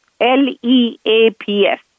L-E-A-P-S